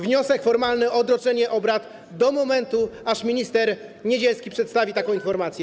Wniosek formalny o odroczenie obrad do momentu aż minister Niedzielski przedstawi taką informację.